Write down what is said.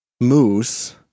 moose